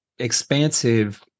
expansive